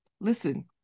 Listen